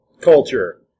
culture